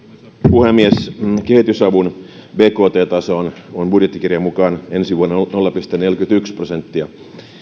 puhemies kehitysavun bkt taso on budjettikirjan mukaan ensi vuonna nolla pilkku neljäkymmentäyksi prosenttia